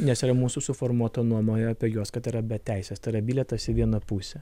nes yra mūsų suformuota nuomonė apie juos kad yra be teisės tai yra bilietas į vieną pusę